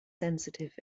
sensitive